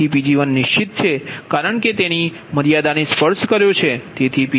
તેથી Pg1 નિશ્ચિત છે કારણ કે તેણે તેની મર્યાદાને સ્પર્શ કર્યો છે